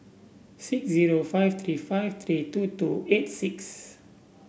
six zero five three five three two two eight six